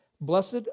blessed